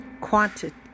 quantity